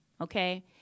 okay